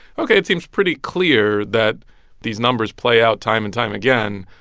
ok, it seems pretty clear that these numbers play out, time and time again,